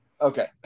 Okay